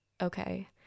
okay